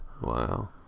Wow